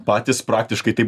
patys praktiškai tai